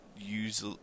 use